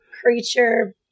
creature